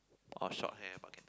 or short hair but can